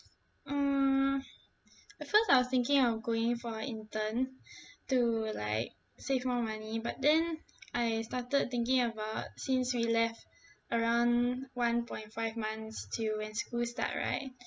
uh at first I was thinking of going for intern to like save more money but then I started thinking about since we left around one point five months till when schools start right